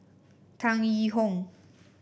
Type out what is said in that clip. Tan Yee Hong